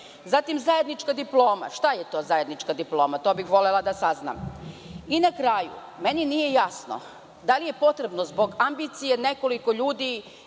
Zatim, zajednička diploma. Šta je to zajednička diploma, to bih volela da saznam? Na kraju, meni nije jasno, da li je potrebno zbog ambicije nekoliko ljudi